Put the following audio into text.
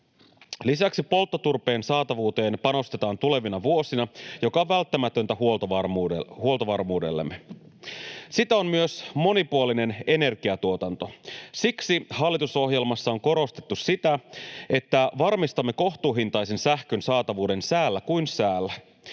Lisäksi polttoturpeen saatavuuteen panostetaan tulevina vuosina, mikä on välttämätöntä huoltovarmuudellemme. Sitä on myös monipuolinen energiatuotanto. Siksi hallitusohjelmassa on korostettu sitä, että varmistamme kohtuuhintaisen sähkön saatavuuden säällä kuin säällä.